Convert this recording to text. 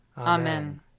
Amen